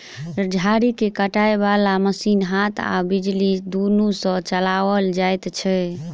झाड़ी के काटय बाला मशीन हाथ आ बिजली दुनू सँ चलाओल जाइत छै